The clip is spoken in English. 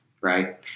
Right